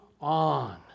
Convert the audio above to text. on